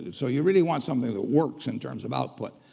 so you really want something that works in terms of output.